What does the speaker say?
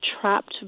trapped